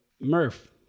Murph